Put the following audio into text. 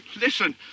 Listen